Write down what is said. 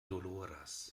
doloras